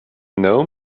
know